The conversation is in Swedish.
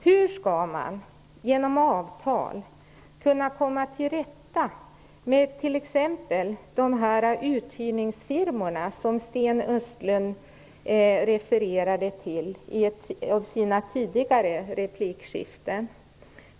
Hur skall man genom avtal kunna komma till rätta med t.ex. de uthyrningsfirmor som Sten Östlund refererade till i en av sina tidigare repliker?